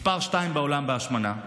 מס' 2 בעולם בהשמנה,